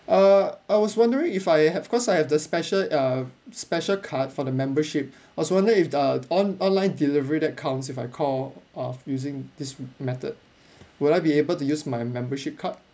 uh I was wondering if I have because I have the special uh special card for the membership I was wondering if the uh on~ online delivery that comes if I call of using this method will I be able to use my membership card